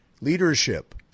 leadership